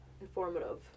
informative